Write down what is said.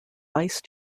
vice